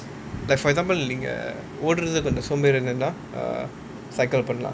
like for example நீங்க ஓடறது கொஞ்சம் சோம்பேறியா இருந்தா:neenga odrathu konjam sombaeriyaa irunthaa err cycle பண்லாம்:panlaam